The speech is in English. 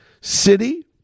city